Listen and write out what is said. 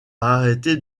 arrêté